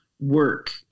work